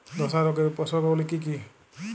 ধসা রোগের উপসর্গগুলি কি কি?